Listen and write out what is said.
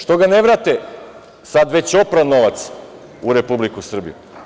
Što ga ne vrate, sad već opran novac, u Republiku Srbiju?